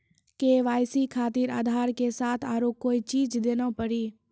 KYC खातिर आधार के साथ औरों कोई चीज देना पड़ी?